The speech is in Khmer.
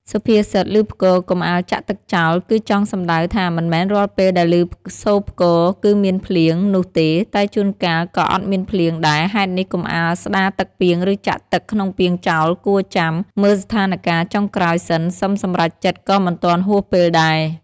សុភាសិត "ឮផ្គរ កុំអាលចាក់ទឹកចោល" គឺចង់សំដៅថាមិនមែនរាល់ពេលដែលឮសូរផ្គរគឺមានភ្លៀង នោះទេតែជួនកាល ក៏អត់មានភ្លៀងដែរហេតុនេះកុំអាលស្តារទឹកពាងឬចាក់ទឹកក្នុងពាងចោលគួរចាំ មើលស្ថានការណ៍ចុងក្រោយសិនសឹមសម្រេចចិត្តក៏មិនទាន់ហួសពេលដែរ។